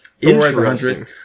Interesting